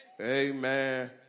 amen